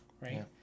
right